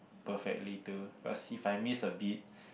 perfectly to 'cause if I miss a beat